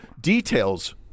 details